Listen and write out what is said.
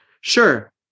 Sure